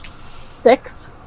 Six